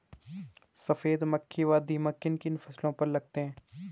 सफेद मक्खी व दीमक किन किन फसलों पर लगते हैं?